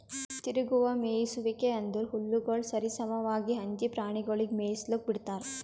ತಿರುಗುವ ಮೇಯಿಸುವಿಕೆ ಅಂದುರ್ ಹುಲ್ಲುಗೊಳ್ ಸರಿ ಸಮವಾಗಿ ಹಂಚಿ ಪ್ರಾಣಿಗೊಳಿಗ್ ಮೇಯಿಸ್ಲುಕ್ ಬಿಡ್ತಾರ್